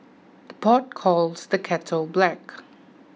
the pot calls the kettle black